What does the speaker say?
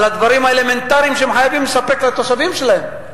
על הדברים האלמנטריים שהם חייבים לספק לתושבים שלהם.